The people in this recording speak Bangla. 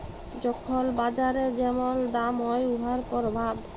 যখল বাজারে যেমল দাম হ্যয় উয়ার পরভাব